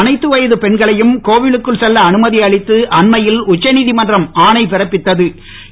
அனைத்து வயது பெண்களையும் கோவிலுக்குள் செல்ல அனுமதி அளித்து அன்மையில் உச்சநீதிமன்றம் ஆணை பிறப்பித்த்து